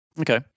Okay